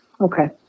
Okay